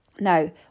Now